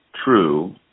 True